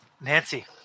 Nancy